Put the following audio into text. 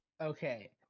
Okay